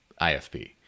ifp